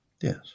Yes